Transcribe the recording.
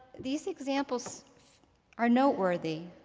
these examples are noteworthy.